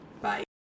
Bye